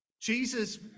jesus